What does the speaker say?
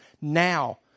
now